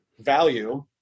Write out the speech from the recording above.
value